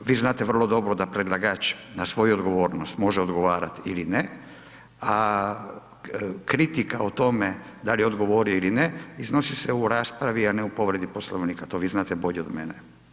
Vi znate vrlo dobro da predlagač na svoju odgovornost može odgovarati ili ne, a kritika o tome da li je odgovorio ili ne, iznosi se u raspravi, a ne u povredi Poslovnika, to vi znate bolje od mene.